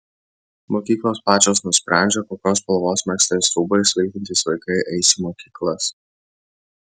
mokyklos pačios nusprendžia kokios spalvos megztais rūbais vilkintys vaikai eis į mokyklas